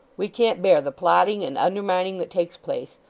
we can't bear the plotting and undermining that takes place.